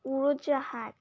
উড়োজাহাজ